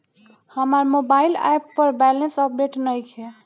हमार mobile app पर balance update नइखे